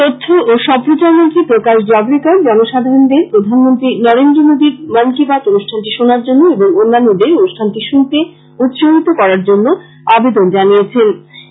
তথ্য ও সম্প্রচার মন্ত্রী প্রকাশ জাভরেকর জনসাধারনদের প্রধানমন্ত্রী নরেন্দ্র মোদীর মন কী বাত অনুষ্ঠানটি শোনার জন্য এবং অন্যদের অনুষ্ঠানটি শুনতে উৎসাহিত করার জন্য জনসাধারনদের প্রতি আবেদন জানিয়েছেন